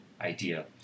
idea